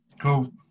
Cool